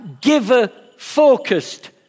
giver-focused